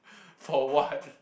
for what